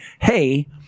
hey